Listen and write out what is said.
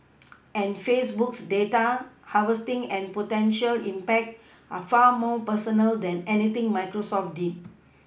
and Facebook's data harvesting and potential impact are far more personal than anything Microsoft did